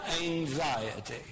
anxiety